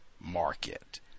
market